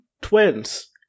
Twins